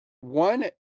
one